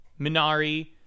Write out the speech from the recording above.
Minari